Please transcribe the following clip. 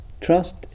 Trust